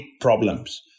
problems